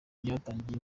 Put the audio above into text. byatangiye